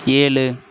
ஏழு